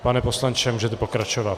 Pane poslanče, můžete pokračovat.